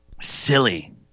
silly